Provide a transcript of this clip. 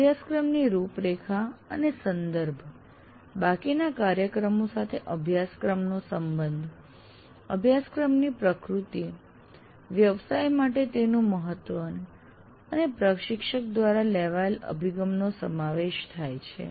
અભ્યાસક્રમની રૂપરેખા અને સંદર્ભ બાકીના કાર્યક્રમ સાથે અભ્યાસક્રમનો સંબંધ અભ્યાસક્રમની પ્રકૃતિ વ્યવસાય માટે તેનું મહત્વ અને પ્રશિક્ષક દ્વારા લેવાયેલ અભિગમનો સમાવેશ થાય છે